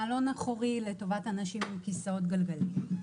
מעלון אחורי לטובת אנשים עם כיסאות גלגלים.